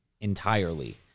entirely